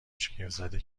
شگفتزده